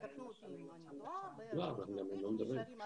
יתקנו אותי אם אני טועה, נשארים עדיין במקום.